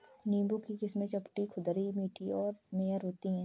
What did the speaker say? नींबू की किस्में चपटी, खुरदरी, मीठी और मेयर होती हैं